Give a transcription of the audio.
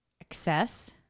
excess